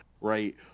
right